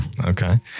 Okay